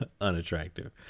unattractive